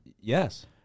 Yes